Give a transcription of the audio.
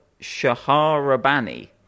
Shaharabani